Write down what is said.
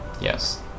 Yes